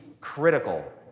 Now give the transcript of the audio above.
critical